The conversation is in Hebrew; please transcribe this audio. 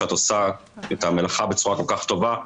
כשאת עושה את המלאכה בצורה כל כך טובה,